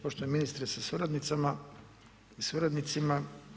Poštovani ministre sa suradnicama i suradnicima.